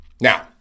Now